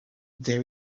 they